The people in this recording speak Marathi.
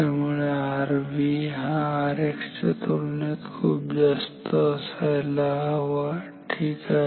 त्यामुळे Rv Rx च्या तुलनेत खूप जास्त असायला हवे ठीक आहे